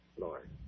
Lord